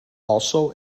also